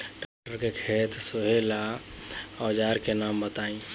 टमाटर के खेत सोहेला औजर के नाम बताई?